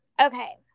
Okay